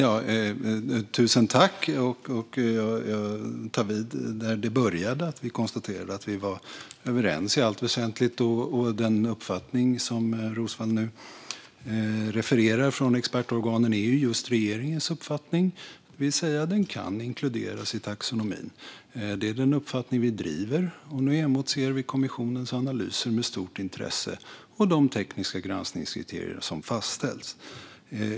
Fru talman! Jag tar vid där vi började, då vi konstaterade att vi var överens i allt väsentligt. Den uppfattning från expertorganen som Roswall nu refererar till är också regeringens uppfattning, det vill säga att kärnkraften kan inkluderas i taxonomin. Det är den uppfattning vi driver, och nu emotser vi med stort intresse kommissionens analyser och de tekniska granskningskriterier som fastställts.